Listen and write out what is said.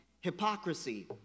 Hypocrisy